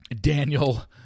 Daniel